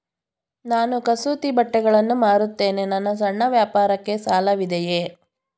ನಾನು ಕಸೂತಿ ಬಟ್ಟೆಗಳನ್ನು ಮಾರುತ್ತೇನೆ ನನ್ನ ಸಣ್ಣ ವ್ಯಾಪಾರಕ್ಕೆ ಸಾಲವಿದೆಯೇ?